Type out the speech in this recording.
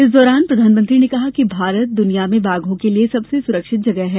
इस दौरान प्रधानमंत्री ने कहा है कि भारत दुनिया में बाघों के लिए सबसे सुरक्षित जगह है